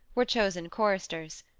were chosen choristers.